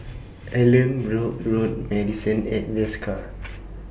Allanbrooke Road Marrison At Desker